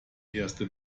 erste